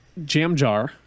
Jamjar